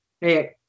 hey